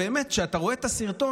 באמת, כשאתה רואה את הסרטון,